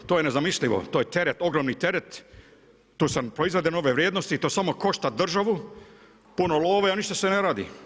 To je nezamislivo, to je teret, ogroman teret, tu sam po izradi nove vrijednosti i to samo košta državu, puno love, a ništa se ne radi.